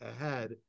ahead